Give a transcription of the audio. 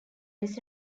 this